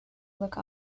look